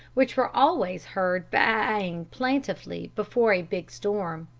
which were always heard baaing plaintively before a big storm.